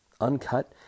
Uncut